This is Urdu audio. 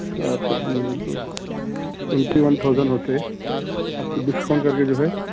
سات آدمی ہو تو ٹونٹی ون تھاؤزنڈ ہوتے آپ کو ڈسکاؤنٹ کر کے جو ہے